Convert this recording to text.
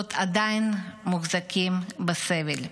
וחטופות עדיין מוחזקים בסבל.